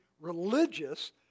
religious